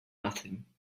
nothing